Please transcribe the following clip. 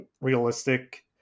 realistic